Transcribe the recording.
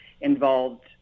involved